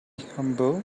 humble